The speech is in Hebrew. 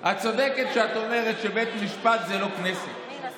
את צודקת כשאת אומרת שבית משפט זה לא הכנסת,